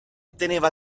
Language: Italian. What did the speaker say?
teneva